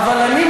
אמרת,